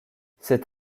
c’est